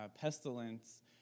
pestilence